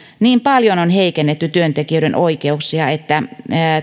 niin paljon on heikennetty työntekijöiden oikeuksia että